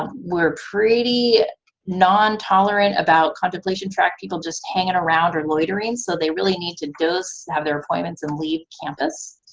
um we're pretty non-tolerant about contemplation track people just hanging around or loitering, so they really need to just have their appointments and leave campus.